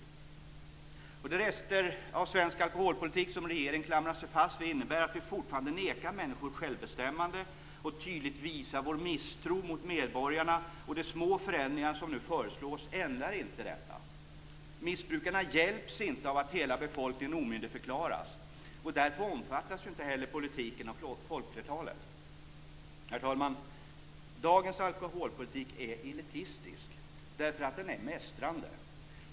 De rester av svensk alkoholpolitik som regeringen klamrar sig fast vid innebär att vi fortfarande nekar människor självbestämmande och tydligt visar vår misstro mot medborgarna, och de små förändringar som nu föreslås ändrar inte detta. Missbrukarna hjälps inte av att hela befolkningen omyndigförklaras, och därför omfattas inte heller politiken av folkflertalet. Herr talman! Dagens alkoholpolitik är elitistisk därför att den är mästrande.